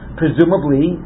presumably